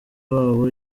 wabo